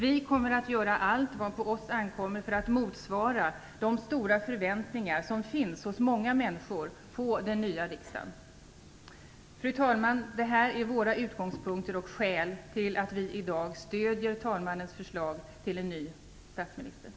Vi kommer att göra allt vad på oss ankommer för att motsvara de stora förväntningar som finns hos många människor på den nya riksdagen. Fru talman! Det här är våra utgångspunkter och skäl till att vi i dag stöder talmannens förslag till ny statsminister.